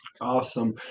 Awesome